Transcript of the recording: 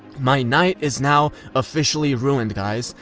my night is now officially ruined guys.